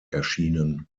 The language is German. erschienen